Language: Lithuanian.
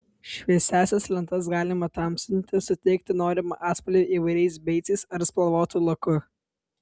šviesiąsias lentas galima tamsinti suteikti norimą atspalvį įvairiais beicais ar spalvotu laku